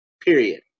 period